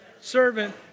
servant